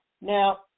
Now